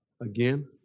again